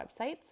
websites